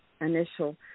initial